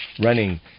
running